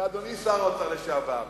ואדוני שר האוצר לשעבר,